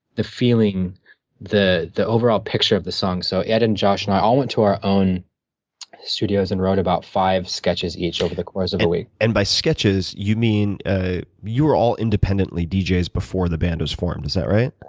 the feeling the feeling, the overall picture of the song. so ed and josh and i all went to our own studios and wrote about five sketches each over the course of a week. and by sketches, you mean ah you were all independently djs before the band was formed, is that right?